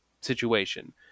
situation